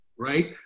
Right